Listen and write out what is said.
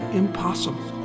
impossible